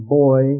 boy